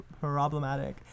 problematic